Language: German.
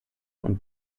und